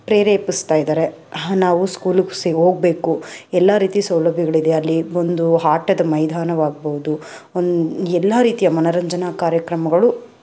ಪ್ರೇರೇಪಿಸ್ತಾ ಇದ್ದಾರೆ ಹಾಂ ನಾವು ಸ್ಕೂಲುಕ್ಸಿ ಹೋಗ್ಬೇಕು ಎಲ್ಲ ರೀತಿ ಸೌಲಭ್ಯಗಳಿದೆ ಅಲ್ಲಿ ಒಂದು ಆಟದ ಮೈದಾನವಾಗ್ಬೋದು ಒನ್ ಎಲ್ಲ ರೀತಿಯ ಮನರಂಜನಾ ಕಾರ್ಯಕ್ರಮಗಳು